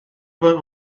were